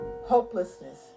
hopelessness